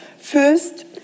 First